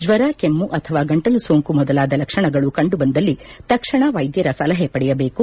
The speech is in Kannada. ಜ್ಲರ್ ಕೆಮ್ನ ಅಥವಾ ಗಂಟಲ ಸೋಂಕು ಮೊದಲಾದ ಲಕ್ಷಣಗಳು ಕಂಡು ಬಂದಲ್ಲಿ ತಕ್ಷಣ ವೈದ್ಯರ ಸಲಹೆ ಪಡೆಯಬೇಕು